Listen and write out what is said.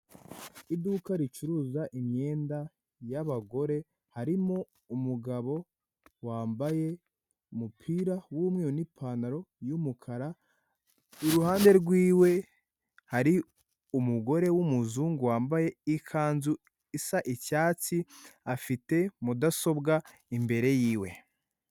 Iduka ricuruza imyenda y'abagore, harimo umugabo wambaye umupira w'umweru n'ipantaro y'umukara, iruhande rw'iwe hari umugore w'umuzungu, wambaye ikanzu isa icyatsi, afite mudasobwa imbere y'iwe.